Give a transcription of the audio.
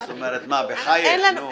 זאת אומרת, בחייך, נו.